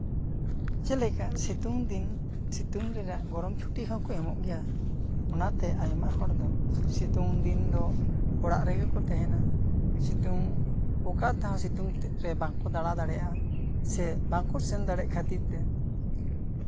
ᱪᱮᱫ ᱞᱮᱠᱟ ᱥᱤᱛᱩᱝ ᱫᱤᱱ ᱥᱤᱛᱩᱝ ᱨᱮᱱᱟᱜ ᱜᱚᱨᱚᱢ ᱪᱷᱩᱴᱤ ᱦᱚᱸ ᱠᱚ ᱮᱢᱚᱜ ᱜᱮᱭᱟ ᱚᱱᱟᱛᱮ ᱟᱭᱢᱟ ᱦᱚᱲ ᱫᱚ ᱥᱤᱛᱩᱝ ᱫᱤᱱ ᱫᱚ ᱚᱲᱟᱜ ᱨᱮᱜᱮ ᱠᱚ ᱛᱟᱦᱮᱱᱟ ᱥᱤᱛᱩᱝ ᱚᱠᱟ ᱛᱮᱦᱚᱸ ᱥᱤᱛᱩᱝᱨᱮ ᱵᱟᱝᱠᱚ ᱫᱟᱬᱟ ᱫᱟᱲᱮᱭᱟᱜᱼᱟ ᱥᱮ ᱵᱟᱝᱠᱚ ᱥᱮᱱ ᱫᱟᱲᱮᱭᱟᱜ ᱠᱷᱟᱹᱛᱤᱨ ᱛᱮ